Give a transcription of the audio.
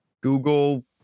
Google